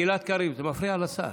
גלעד קריב, זה מפריע לשר.